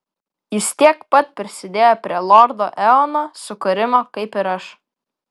jis tiek pat prisidėjo prie lordo eono sukūrimo kaip ir aš